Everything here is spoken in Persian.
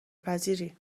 پذیری